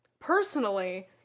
personally